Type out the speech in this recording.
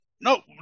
No